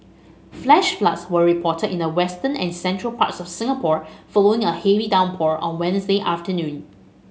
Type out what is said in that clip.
flash floods were reported in the western and central parts of Singapore following a heavy downpour on Wednesday afternoon